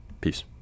Peace